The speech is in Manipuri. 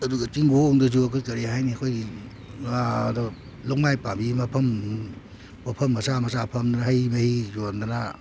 ꯑꯗꯨꯒ ꯆꯤꯡꯒꯣꯡꯗꯁꯨ ꯀꯔꯤ ꯍꯥꯏꯅꯤ ꯑꯩꯈꯣꯏꯒꯤ ꯑꯗꯨ ꯂꯨꯛꯃꯥꯏ ꯄꯥꯟꯕꯤ ꯃꯐꯝ ꯄꯣꯠꯐꯝ ꯃꯆꯥ ꯃꯆꯥ ꯐꯝꯗꯅ ꯍꯩ ꯃꯍꯤ ꯌꯣꯟꯗꯅ